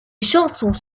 chansons